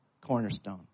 cornerstone